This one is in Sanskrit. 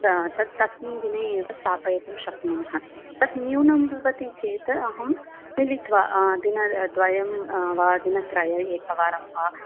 तत् तस्मिन् दिने एव स्थापयितुं शक्नुम तत् न्यूनं भवति चेत् अहं मिलित्वा अ दिनद्वये वा दिनत्रये एकवारं वा